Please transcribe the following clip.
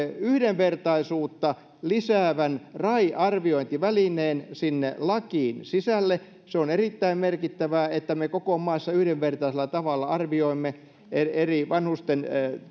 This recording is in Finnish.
yhdenvertaisuutta lisäävän rai arviointivälineen sinne lakiin sisälle se on erittäin merkittävää että me koko maassa yhdenvertaisella tavalla arvioimme eri vanhusten